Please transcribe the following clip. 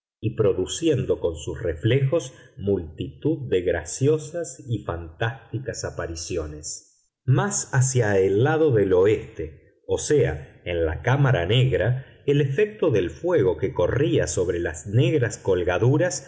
y produciendo con sus reflejos multitud de graciosas y fantásticas apariciones mas hacia el lado del oeste o sea en la cámara negra el efecto del fuego que corría sobre las negras colgaduras